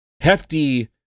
hefty